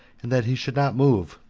and that he should not move,